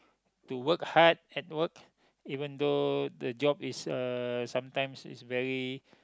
to work hard at work even though the job is uh sometimes is very